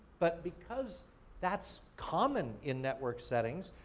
but because that's common in network settings,